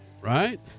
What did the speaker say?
Right